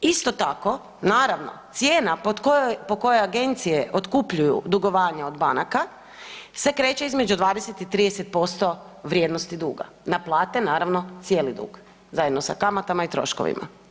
Isto tako naravno cijena po kojoj agencije otkupljuju dugovanja od banaka se kreće između 20 i 30% vrijednosti duga naplate naravno cijeli dug, zajedno sa kamatama i troškovima.